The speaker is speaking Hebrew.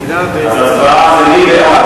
הצבעה מי בעד